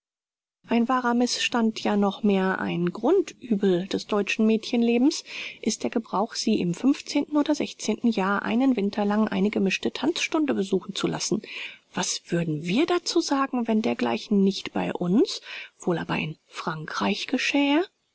ein wahrer mißstand ja noch mehr ein grundübel des deutschen mädchenlebens ist der gebrauch sie im oder jahr einen winter lang eine gemischte tanzstunde besuchen zu lassen was würden wir dazu sagen wenn dergleichen nicht bei uns wohl aber in frankreich geschähe